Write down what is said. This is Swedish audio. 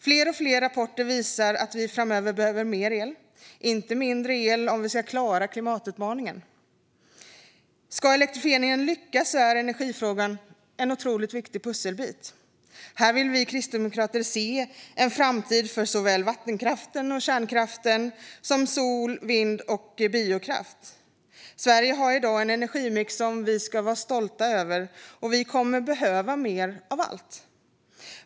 Fler och fler rapporter visar att vi framöver behöver mer el, inte mindre el, om vi ska klara klimatutmaningen. Ska elektrifieringen lyckas är energifrågan en otroligt viktig pusselbit. Här vill vi kristdemokrater se en framtid för såväl vattenkraften och kärnkraften som sol, vind och biokraft. Sverige har i dag en energimix som vi ska vara stolta över, och vi kommer att behöva mer av allt.